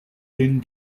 linn